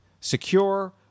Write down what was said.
secure